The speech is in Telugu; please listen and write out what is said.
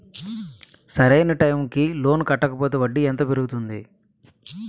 సరి అయినా టైం కి లోన్ కట్టకపోతే వడ్డీ ఎంత పెరుగుతుంది?